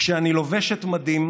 כשאני לובשת מדים,